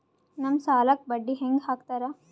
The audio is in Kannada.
ನಮ್ ಸಾಲಕ್ ಬಡ್ಡಿ ಹ್ಯಾಂಗ ಹಾಕ್ತಾರ?